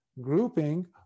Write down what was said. grouping